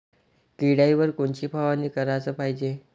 किड्याइवर कोनची फवारनी कराच पायजे?